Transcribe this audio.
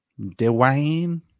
Dwayne